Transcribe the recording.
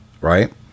right